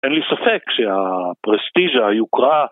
אין לי ספק, שיהיה פרסטיז'ה, יוקרה